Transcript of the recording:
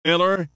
Miller